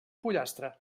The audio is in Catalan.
pollastre